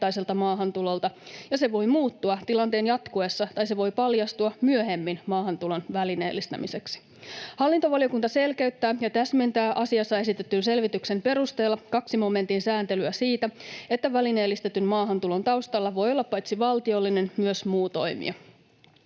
maahantulolta ja se voi muuttua tilanteen jatkuessa tai se voi paljastua myöhemmin maahantulon välineellistämiseksi. Hallintovaliokunta selkeyttää ja täsmentää asiasta esitetyn selvityksen perusteella 2 momentin sääntelyä siitä, että välineellistetyn maahantulon taustalla voi olla paitsi valtiollinen myös muu toimija.